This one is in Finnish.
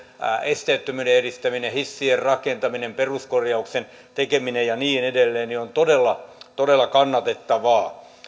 esteettömyyden edistäminen hissien rakentaminen peruskorjauksen tekeminen ja niin edelleen on todella todella kannatettavaa